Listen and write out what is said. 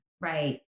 right